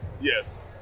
yes